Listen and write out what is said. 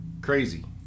crazy